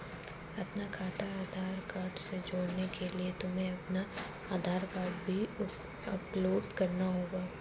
अपना खाता आधार कार्ड से जोड़ने के लिए तुम्हें अपना आधार कार्ड भी अपलोड करना होगा